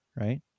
right